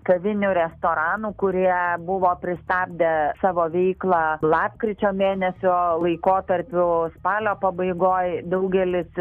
kavinių restoranų kurie buvo pristabdę savo veiklą lapkričio mėnesio laikotarpiu spalio pabaigoj daugelis